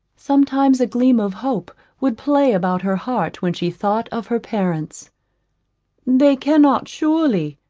sometimes a gleam of hope would play about her heart when she thought of her parents they cannot surely,